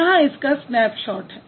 यहाँ इसका स्नैपशॉट है